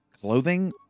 clothing